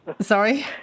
Sorry